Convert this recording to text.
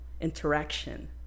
interaction